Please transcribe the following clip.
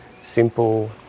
Simple